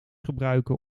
gebruiken